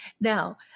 Now